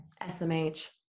SMH